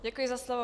Děkuji za slovo.